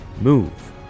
move